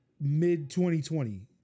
mid-2020